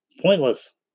Pointless